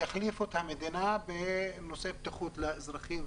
יחליפו את המדינה בנושא בטיחות לאזרחים,